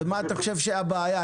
ומה אתה חושב שהבעיה?